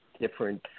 different